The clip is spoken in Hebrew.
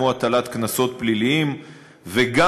כמו הטלת קנסות פליליים וגם,